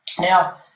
Now